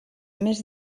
més